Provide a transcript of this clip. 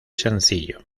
sencillo